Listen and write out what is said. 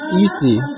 easy